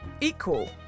equal